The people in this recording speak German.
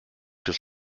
des